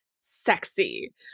sexy